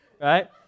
right